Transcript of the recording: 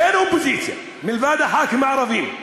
אין אופוזיציה מלבד חברי הכנסת הערבים.